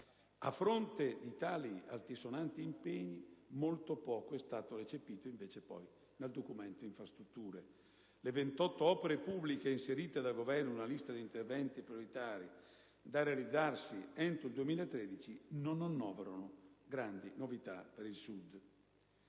A fronte di tali altisonanti impegni, molto poco è stato recepito poi dal Documento infrastrutture: le 28 opere pubbliche inserite dal Governo nella lista degli interventi prioritari da realizzarsi entro il 2013 non annoverano grandi novità per il Sud.